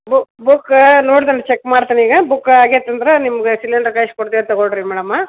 ಬು ಬುಕ್ ನೋಡ್ತೇನೆ ಚೆಕ್ ಮಾಡ್ತೇನೆ ಈಗ ಬುಕ್ ಆಗೇತಿ ಅಂದರೆ ನಿಮ್ಗೆ ಸಿಲೆಂಡ್ರ್ ಕಳ್ಸಿ ಕೊಡ್ತೇವೆ ತಗೋಳ್ರಿ ಮೇಡಮ್